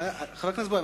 חבר הכנסת בוים,